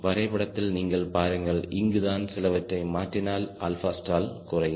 வரைபடத்தில் நீங்கள் பாருங்கள் இங்குதான் சிலவற்றை மாற்றினால் stall குறையும்